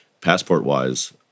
passport-wise